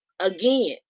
again